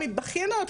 מתבכיינות,